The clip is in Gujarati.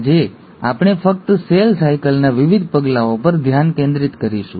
આજે આપણે ફક્ત સેલ સાયકલના વિવિધ પગલાઓ પર ધ્યાન કેન્દ્રિત કરીશું